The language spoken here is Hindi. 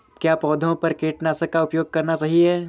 क्या पौधों पर कीटनाशक का उपयोग करना सही है?